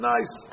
Nice